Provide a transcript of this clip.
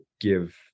give